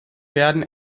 werden